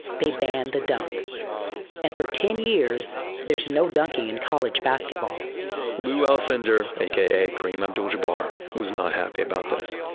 they banned the dunk and for ten years there's no dunking in college basketball lew alcindor, aka kareem abdul-jabbar, was not happy about this.